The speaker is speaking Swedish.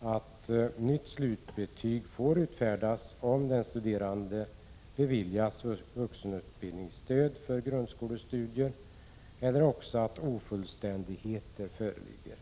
att nytt slutbetyg får utfärdas om den studerande beviljats vuxenstudiestöd för grundskolestudier eller om ofullständigheter föreligger.